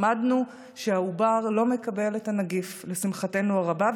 למדנו שהעובר לא מקבל את הנגיף, לשמחתנו הרבה.